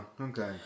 okay